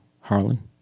Harlan